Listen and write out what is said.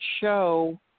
show